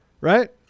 Right